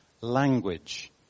language